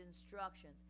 instructions